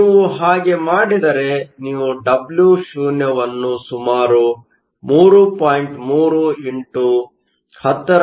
ನೀವು ಹಾಗೆ ಮಾಡಿದರೆ ನೀವು W೦ ನ್ನು ಸುಮಾರು 3